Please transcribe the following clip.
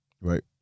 right